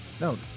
no